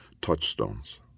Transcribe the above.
touchstones